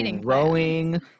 growing